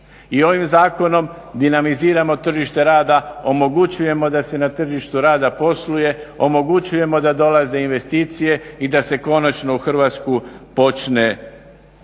I ovim zakonom dinamiziramo tržište rada, omogućujemo da se na tržištu rada posluje, omogućujemo da dolaze investicije i da se konačno u Hrvatsku počne